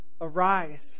Arise